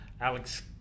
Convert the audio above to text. Alex